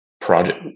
project